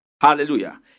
Hallelujah